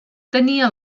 tenia